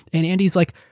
and andy's like,